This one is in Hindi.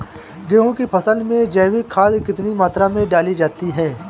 गेहूँ की फसल में जैविक खाद कितनी मात्रा में डाली जाती है?